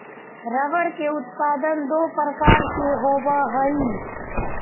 rubber के उत्पादन दो प्रकार से होवऽ हई